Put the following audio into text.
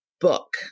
book